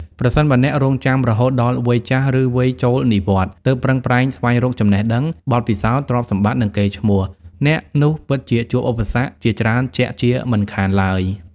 ប្រសិនបើអ្នករង់ចាំរហូតដល់វ័យចាស់ ឬវ័យចូលនិវត្តន៍ ទើបប្រឹងប្រែងស្វែងរកចំណេះដឹង បទពិសោធន៍ ទ្រព្យសម្បត្តិ និងកេរ្ដិ៍ឈ្មោះ អ្នកនោះពិតជាជួបឧបសគ្គជាច្រើនជាក់ជាមិនខានឡើយ។